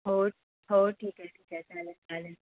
हो हो ठीक आहे ठीक आहे चालेल चालेल